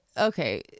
Okay